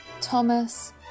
Thomas